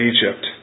Egypt